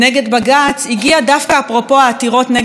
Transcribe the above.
הגיעה דווקא אפרופו העתירות נגד חוק הלאום,